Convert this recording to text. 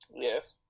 Yes